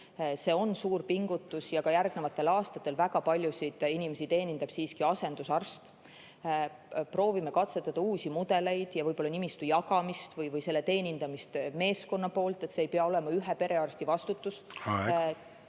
see on suur pingutus. Ka järgnevatel aastatel väga paljusid inimesi teenindab siiski asendusarst. Proovime katsetada uusi mudeleid ja võib-olla nimistu jagamist või selle teenindamist meeskonna poolt. See ei pea olema ühe perearsti vastutus